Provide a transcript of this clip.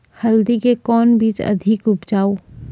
हल्दी के कौन बीज अधिक उपजाऊ?